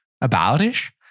About-ish